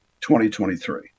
2023